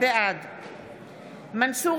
בעד מנסור עבאס,